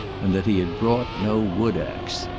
and that he had brought no wood axe.